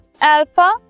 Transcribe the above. alpha